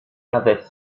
avaient